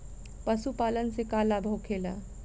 पशुपालन से का लाभ होखेला?